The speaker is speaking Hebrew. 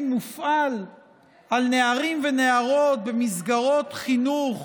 מופעל על נערים ונערות במסגרות חינוך